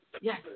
Yes